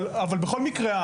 בכל מקרה,